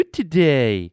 today